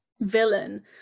villain